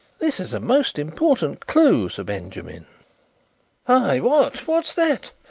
this is a most important clue, sir benjamin hey, what? what's that?